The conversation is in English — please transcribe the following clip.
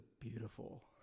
beautiful